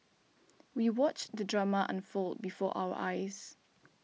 we watched the drama unfold before our eyes